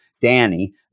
Danny